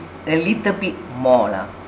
a little bit more lah